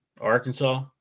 Arkansas